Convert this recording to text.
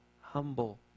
humble